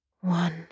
One